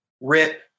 Rip